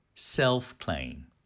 self-claim